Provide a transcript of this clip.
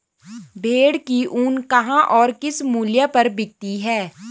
भेड़ की ऊन कहाँ और किस मूल्य पर बिकती है?